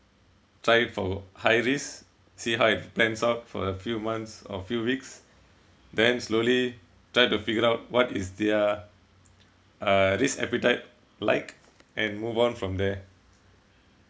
try it for high risk see how it plans out for a few months or a few weeks then slowly try to figure out what is their uh risk appetite like and move on from there